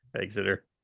Exeter